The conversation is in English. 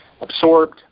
absorbed